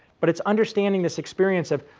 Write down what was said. but it's understanding this experience of,